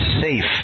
safe